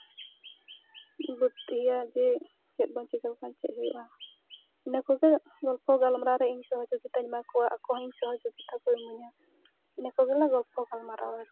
ᱵᱩᱫᱽᱫᱷᱤᱭᱟ ᱡᱮ ᱪᱮᱫ ᱵᱚᱱ ᱪᱤᱠᱟᱹ ᱞᱮᱠᱷᱟᱱ ᱪᱮᱫ ᱦᱩᱭᱩᱜᱼᱟ ᱤᱱᱟᱹ ᱠᱚᱜᱮ ᱜᱚᱞᱯᱚ ᱜᱟᱞᱢᱟᱨᱟᱣ ᱨᱮ ᱤᱧ ᱥᱚᱦᱚᱡᱳᱜᱤᱛᱟᱧ ᱮᱢᱟ ᱠᱚᱣᱟ ᱟᱠᱚ ᱦᱚᱸ ᱤᱧ ᱥᱚᱦᱚᱡᱳᱜᱤᱛᱟ ᱠᱚ ᱤᱢᱟᱹᱧᱟ ᱤᱱᱟᱹ ᱠᱚᱜᱮᱞᱮ ᱜᱚᱞᱯᱚ ᱜᱟᱞᱢᱟᱨᱟᱣᱟ ᱟᱨᱠᱤ